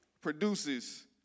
produces